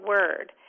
Word